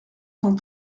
cent